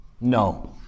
No